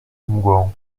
mgłą